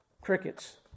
Crickets